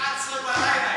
עד 11 בלילה.